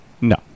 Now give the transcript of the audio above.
No